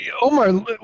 Omar